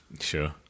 Sure